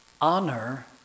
Honor